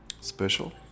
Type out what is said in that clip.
Special